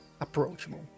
approachable